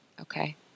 Okay